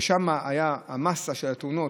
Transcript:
ששם הייתה המאסה של התאונות,